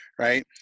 right